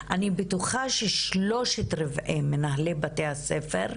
אני בטוחה ששלושת רבעי מנהלי בתי הספר,